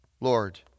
Lord